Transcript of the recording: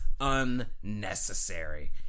unnecessary